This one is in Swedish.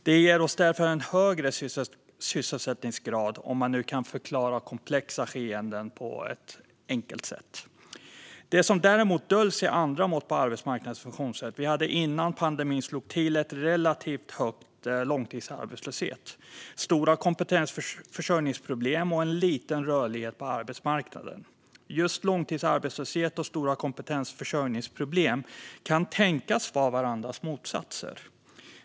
Det ger oss därför en högre sysselsättningsgrad, om man nu kan förklara komplexa skeenden på ett enkelt sätt. Det som däremot döljs är andra mått på arbetsmarknadens funktionssätt. Vi hade innan pandemin slog till en relativt hög långtidsarbetslöshet, stora kompetensförsörjningsproblem och en liten rörlighet på arbetsmarknaden. Just långtidsarbetslöshet och stora kompetensförsörjningsproblem kan tänkas vara varandras motsatser.